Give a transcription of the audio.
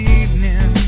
evening